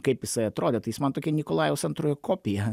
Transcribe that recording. kaip jisai atrodė tai jis man tokia nikolajaus antrojo kopija